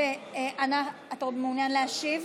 אתה עוד מעוניין להשיב?